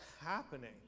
happening